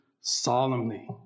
solemnly